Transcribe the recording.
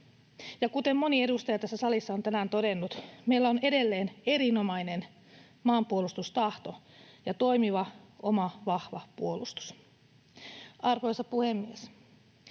kuten moni edustaja tässä salissa on tänään todennut, meillä on edelleen erinomainen maanpuolustustahto ja toimiva oma, vahva puolustus. Arvoisa puhemies!